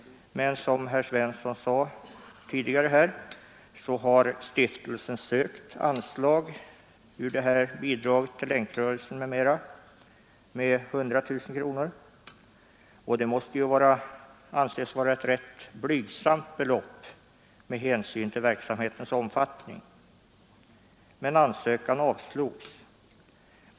Men som herr Svensson sade tidigare har stiftelsen sökt ett anslag på 100 000 kronor från bidraget till Länkrörelsen m.m. — och det måste ju anses vara ett rätt blygsamt belopp med hänsyn till arbetets omfattning. Denna ansökan avslogs emellertid.